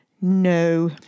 No